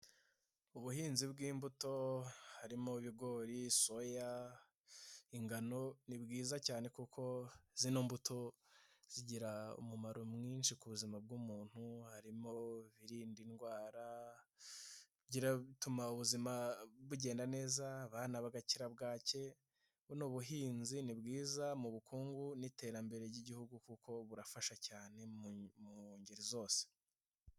Ubuhinzi bw'imbuto harimo: ibigori, soya, ingano, ni bwiza cyane kuko izi mbuto zigira umumaro mwinshi ku buzima bw'umuntu, harimo ibirinda indwara, bituma ubuzima bugenda neza bana bagagakira bwake, nbuno buhinzi ni bwiza mu bukungu n'iterambere ry'Igihugu kuko burafasha cyane mu ngeri zose.